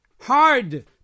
hard